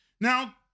Now